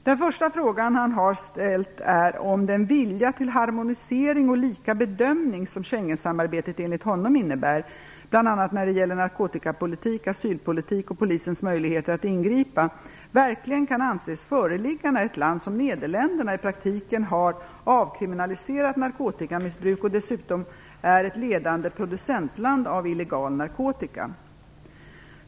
Den första frågan han har ställt är om den vilja till harmonisering och lika bedömning som Schengensamarbetet enligt honom innebär, bl.a. när det gäller narkotikapolitik, asylpolitik och polisens möjligheter att ingripa, verkligen kan anses föreligga när ett land som Nederländerna i praktiken har avkriminaliserat narkotikamissbruk och dessutom är ett ledande producentland av illegal narkotika.